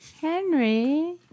Henry